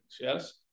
yes